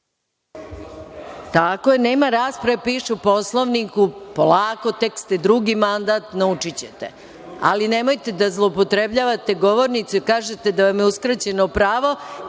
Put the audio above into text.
Tako je, nema rasprave, piše u Poslovniku. Polako, tek ste drugi mandat, naučićete. Ali, nemojte da zloupotrebljavate govornice i da kažete da vam je uskraćeno prvo